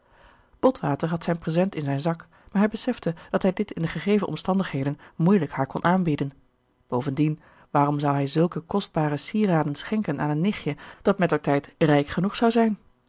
botwater had zijn present in zijn zak maar hij besefte dat hij dit in de gegeven omstandigheden moeielijk haar kon aanbieden bovendien waarom zou hij zulke kostbare sieraden schenken aan een nichtje dat met der tijd rijk genoeg zou zijn